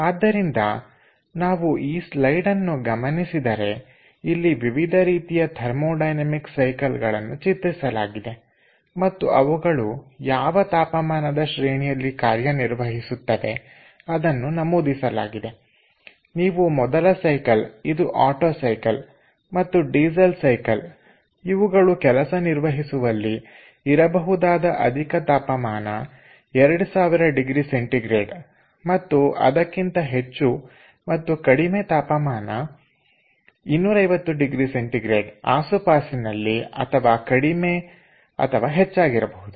ಆದ್ದರಿಂದ ನಾವು ಈ ಸ್ಲೈಡ್ ಅನ್ನು ಗಮನಿಸಿದರೆ ಇಲ್ಲಿ ವಿವಿಧ ರೀತಿಯ ಥರ್ಮೊಡೈನಮಿಕ್ ಸೈಕಲ್ ಗಳನ್ನು ಚಿತ್ರಿಸಲಾಗಿದೆ ಮತ್ತು ಅವುಗಳು ಯಾವ ತಾಪಮಾನದ ಶ್ರೇಣಿಯಲ್ಲಿ ಕಾರ್ಯನಿರ್ವಹಿಸುತ್ತವೆ ಅದನ್ನು ನಮೂದಿಸಲಾಗಿದೆ ನೀವು ಮೊದಲ ಸೈಕಲ್ ಇದು ಒಟ್ಟೊ ಸೈಕಲ್ ಮತ್ತು ಡೀಸೆಲ್ ಸೈಕಲ್ ಇವುಗಳು ಕೆಲಸ ನಿರ್ವಹಿಸುವಲ್ಲಿ ಇರಬಹುದಾದ ಅಧಿಕ ತಾಪಮಾನ 2000 ಡಿಗ್ರಿ ಸೆಂಟಿಗ್ರೇಡ್ ಮತ್ತು ಅದಕ್ಕಿಂತ ಹೆಚ್ಚು ಮತ್ತು ಕಡಿಮೆ ತಾಪಮಾನ 250 ಡಿಗ್ರಿ ಸೆಂಟಿಗ್ರೇಡ್ ಆಸುಪಾಸಿನಲ್ಲಿ ಅಥವಾ ಕಡಿಮೆ ಅಥವಾ ಹೆಚ್ಚಾಗಿರಬಹುದು